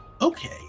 Okay